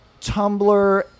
Tumblr